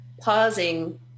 Pausing